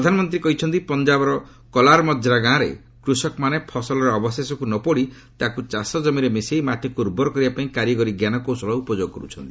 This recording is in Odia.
ପ୍ରଧାନମନ୍ତ୍ରୀ କହିଛନ୍ତି ପଞ୍ଜାବର କଲାର ମଚ୍ରା ଗାଁରେ କୃଷକମାନେ ଫସଲର ଅବଶେଷକୁ ନ ପୋଡ଼ି ତାକୁ ଚାଷଜମିରେ ମିଶାଇ ମାଟିକୁ ଉର୍ବର କରିବାପାଇଁ କାରିଗରି ଞ୍ଜାନକୌଶଳ ଉପଯୋଗ କରୁଛନ୍ତି